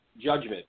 judgment